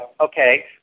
okay